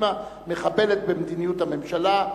קדימה חיים רמון מחבלת במדיניות הממשלה,